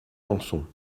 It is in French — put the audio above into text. samson